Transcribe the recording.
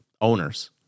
owners